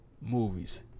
movies